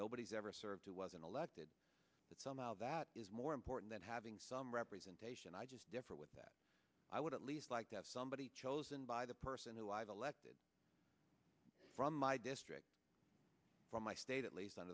nobody's ever served who wasn't elected that somehow that is more important than having some representation i just differ with that i would at least like to have somebody chosen by the person who i've elected from my district from my state at least on